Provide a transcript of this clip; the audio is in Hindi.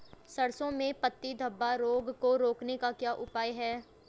सरसों में पत्ती धब्बा रोग को रोकने का क्या उपाय है?